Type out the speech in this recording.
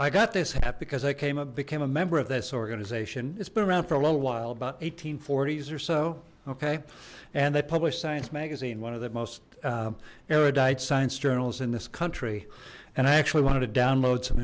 i got this hat because i came became a member of this organization it's been around for a little while about s or so okay and they publish science magazine one of the most erudite science journals in this country and i actually wanted to download some